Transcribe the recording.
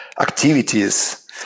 activities